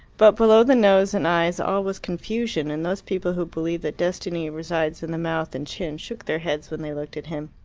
but below the nose and eyes all was confusion, and those people who believe that destiny resides in the mouth and chin shook their heads when they looked at him.